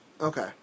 Okay